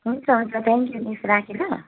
हुन्छ हुन्छ thank you miss राखेँ ल